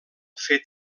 fet